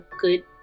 good